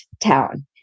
town